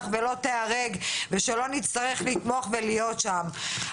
ולא תיהרג ושלא נצטרך לתמוך ולהיות שם.